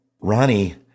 Ronnie